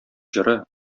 җыры